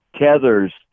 tethers